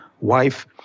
wife